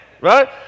right